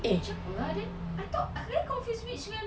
witch apa ah I very confused witch dengan